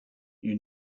you